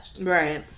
Right